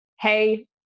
Hey